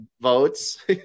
votes